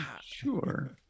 Sure